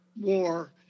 war